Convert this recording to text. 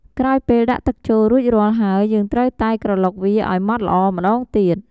ក្រោយពេលដាក់ទឹកចូលរួចរាល់ហើយ យើងត្រូវតែក្រឡុកវាឱ្យម៉ដ្ឋល្អម្ដងទៀត។